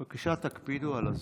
בבקשה תקפידו על הזמן.